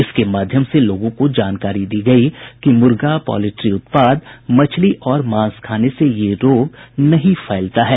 इसके माध्यम से लोगों को जानकारी दी गयी कि मुर्गा पॉल्ट्री उत्पाद मछली और मांस खाने से यह रोग नहीं फैलता है